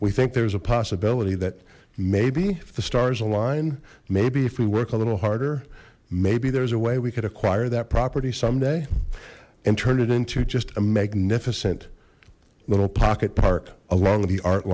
we think there's a possibility that maybe the stars align maybe if we work a little harder maybe there's a way we could acquire that property someday and turn it into just a magnificent little pocket part along the art